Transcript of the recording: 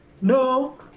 no